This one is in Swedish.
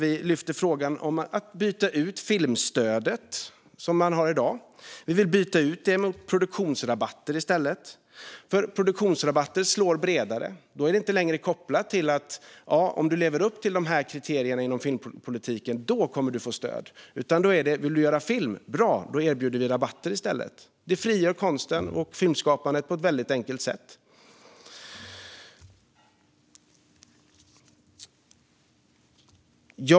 Vi lyfter frågan om att byta ut det filmstöd som man har i dag mot produktionsrabatter, som slår bredare. Då blir det inte längre: Om du lever upp till de här kriterierna inom filmpolitiken kommer du att få stöd. I stället blir det: Vill du göra film? Bra, då erbjuder vi rabatter! En sådan förändring frigör konsten och filmskapandet på ett väldigt enkelt sätt.